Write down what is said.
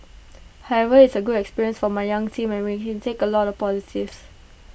however it's A good experience for my young team and we can take A lot of positives